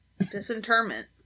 disinterment